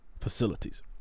facilities